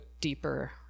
deeper